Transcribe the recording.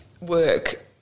work